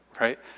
right